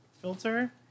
filter